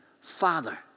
Father